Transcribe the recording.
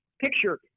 Picture